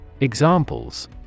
Examples